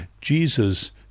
Jesus